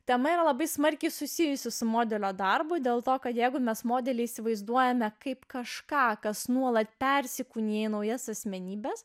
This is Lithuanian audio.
tema yra labai smarkiai susijusi su modelio darbu dėl to kad jeigu mes modelį įsivaizduojame kaip kažką kas nuolat persikūnija į naujas asmenybes